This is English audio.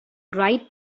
write